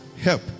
help